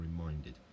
reminded